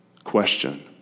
question